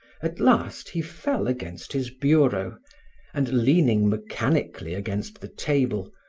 at last he fell against his bureau and leaning mechanically against the table,